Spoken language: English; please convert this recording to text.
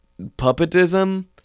puppetism